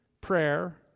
prayer